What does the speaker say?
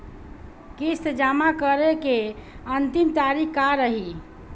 किस्त जमा करे के अंतिम तारीख का रही?